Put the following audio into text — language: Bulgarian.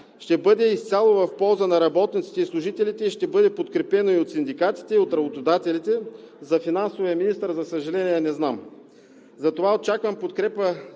ще бъде изцяло в полза на работниците и служителите и ще бъде подкрепено и от синдикатите, и от работодателите. За финансовия министър, за съжаление, не знам. Затова очаквам подкрепа